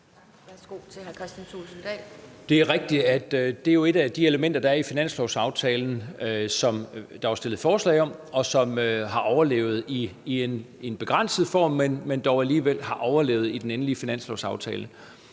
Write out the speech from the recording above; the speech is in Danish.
Det er rigtigt, at det jo er et af de elementer, der er i finanslovsaftalen, og som der var stillet forslag om, og som har overlevet i en begrænset form, men dog alligevel har overlevet i den endelige finanslovsaftale.